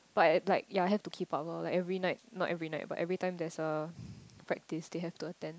but like yea have to keep up lor like every night not every night but every time that's a practice they have to attend